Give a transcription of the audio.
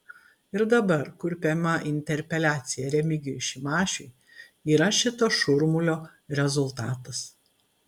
ir dabar kurpiama interpeliacija remigijui šimašiui yra šito šurmulio rezultatas